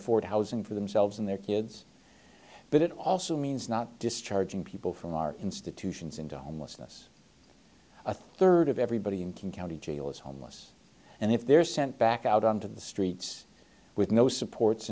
afford housing for themselves and their kids but it also means not discharging people from our institutions into homelessness a third of everybody in king county jail is homeless and if they're sent back out on to the streets with no supports